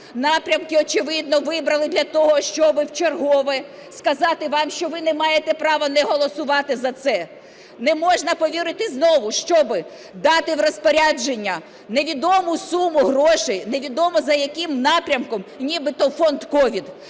Напрямки, очевидно, вибрали для того, щоб вчергове сказати вам, що ви не маєте право не голосувати за це. Не можна повірити знову, щоб дати в розпорядження невідому суму грошей, невідомо за яким напрямком, нібито у фонд COVID.